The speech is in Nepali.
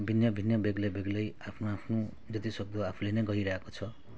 भिन्न भिन्न बेग्ले बेग्लै आफ्नो आफ्नो जति सक्दो आफूले नै गरिरहेको छ